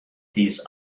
these